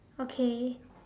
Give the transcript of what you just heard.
okay